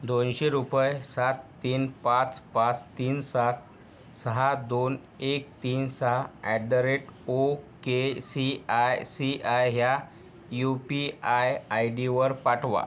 दोनशे रुपये सात तीन पाच पाच तीन सात सहा दोन एक तीन सहा at the rate okay C I C I ह्या यू पी आय आय डीवर पाठवा